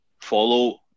follow